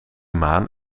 maan